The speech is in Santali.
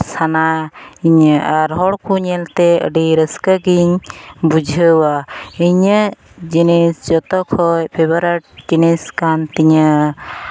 ᱤᱧᱟᱹ ᱟᱨ ᱦᱚᱲ ᱠᱚ ᱧᱮᱞᱛᱮ ᱟᱹᱰᱤ ᱨᱟᱹᱥᱠᱟᱹ ᱜᱤᱧ ᱵᱩᱡᱷᱟᱹᱣᱟ ᱤᱧᱟᱹᱜ ᱡᱤᱱᱤᱥ ᱡᱚᱛᱚ ᱠᱷᱚᱡ ᱯᱷᱮᱵᱟᱨᱮᱴ ᱡᱤᱱᱤᱥ ᱠᱟᱱ ᱛᱤᱧᱟᱹ